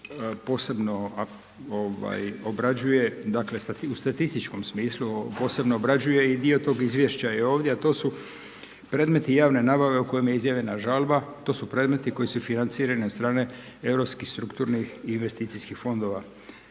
posebno obrađuje, dakle u statističkom smislu posebno obrađuje i dio tog izvješća je ovdje, a to su predmeti javne nabave o kojima je izjavljena žalba to su predmeti koji su financirani od strane europskih strukturnih investicijskih fondova.